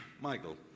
Michael